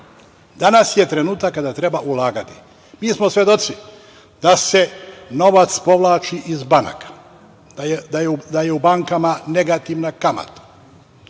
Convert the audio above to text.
Danas je trenutak kada treba ulagati. Mi smo svedoci da se novac povlači iz banaka, da je u bankama negativna kamata.